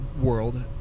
world